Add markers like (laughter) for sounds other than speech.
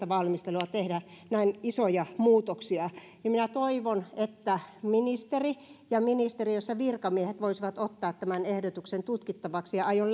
(unintelligible) valmistelua tehdä näin isoja muutoksia niin minä toivon että ministeri ja ministeriössä virkamiehet voisivat ottaa tämän ehdotuksen tutkittavaksi aion (unintelligible)